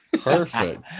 perfect